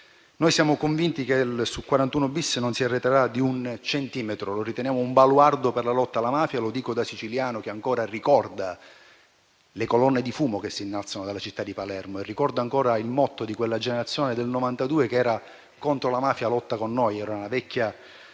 Noi siamo convinti che sul 41-*bis* non si arretrerà di un centimetro. Lo riteniamo un baluardo per la lotta alla mafia. Lo dico da siciliano che ancora ricorda le colonne di fumo che si innalzarono dalla città di Palermo. E ricordo ancora il motto di quella generazione del 1992: contro la mafia lotta con noi. Era un vecchio